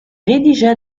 rédigea